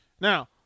Now